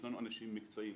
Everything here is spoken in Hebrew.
יש לנו אנשים מקצועיים.